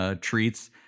treats